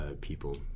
people